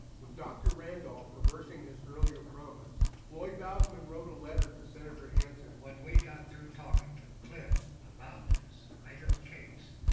with dr. randolph reversing his earlier promise, floyd bousman wrote a letter to senator hansen. when we got through talking to cliff about this, made our case,